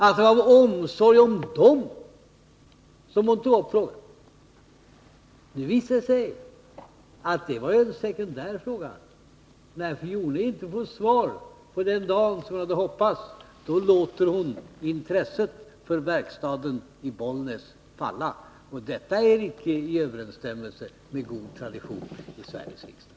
Nu visar det sig att detta var en sekundär sak. När hon inte får svar den dag hon hade hoppats, låter hon intresset för verkstaden i Bollnäs falla. Det är icke i överensstämmelse med god tradition i Sveriges riksdag.